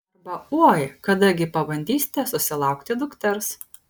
arba oi kada gi pabandysite susilaukti dukters